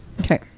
Okay